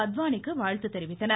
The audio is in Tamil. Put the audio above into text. அத்வானி க்கு வாழ்த்து தெரிவித்தனர்